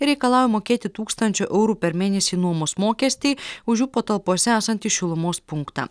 reikalauja mokėti tūkstančio eurų per mėnesį nuomos mokestį už jų patalpose esantį šilumos punktą